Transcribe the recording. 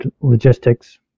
logistics